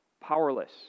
powerless